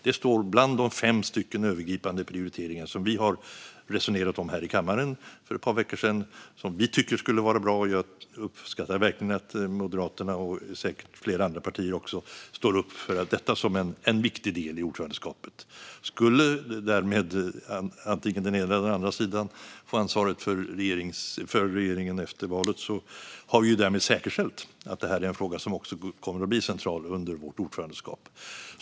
De står med bland de fem övergripande prioriteringar som vi resonerade om här i kammaren för ett par veckor sedan och som vi tycker skulle vara bra. Jag uppskattar verkligen att Moderaterna och säkert även flera andra partier står upp för detta som en viktig del i ordförandeskapet. Oavsett om den ena eller den andra sidan får ansvaret för regeringen efter valet har vi därmed säkerställt att det här är en fråga som kommer att bli central under vårt ordförandeskap.